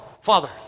Father